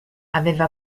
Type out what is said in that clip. aveva